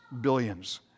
billions